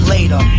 Later